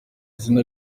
izina